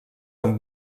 amb